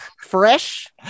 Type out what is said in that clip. fresh